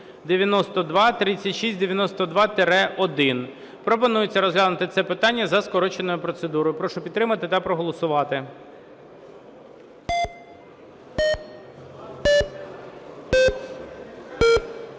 Пропонується розглянути це питання за скороченою процедурою. Прошу підтримати та проголосувати.